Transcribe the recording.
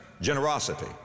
generosity